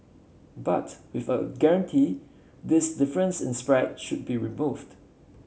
but with a guarantee this difference in spread should be removed